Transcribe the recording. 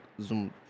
Zoom